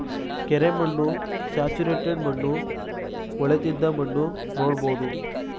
ಕೆರೆ ಮಣ್ಣು, ಸ್ಯಾಚುರೇಟೆಡ್ ಮಣ್ಣು, ಹೊಳೆತ್ತಿದ ಮಣ್ಣು ನೋಡ್ಬೋದು